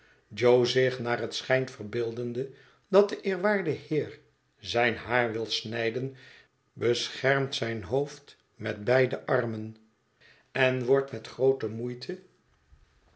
zich naar het schijnt verbeeldende dat de eerwaarde heer zijn haar wil snijden beschermt zijn hoofd met beide armen en wordt met groote moeite